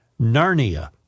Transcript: Narnia